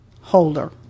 holder